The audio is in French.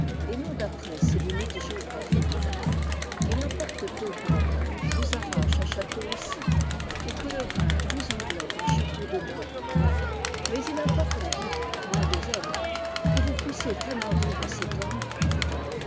et non d'après ses limites géographiques il importe peu que la trent vous arrache un chanteau ici ou que le rhin vous enveloppe un château de moins là mais il importe à vous roi des hommes que vous puissiez vraiment dire à cet homme va